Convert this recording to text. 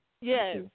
Yes